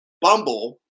Bumble